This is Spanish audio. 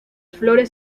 flores